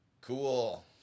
Cool